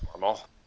normal